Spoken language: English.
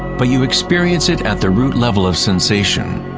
but you experience it at the root level of sensation,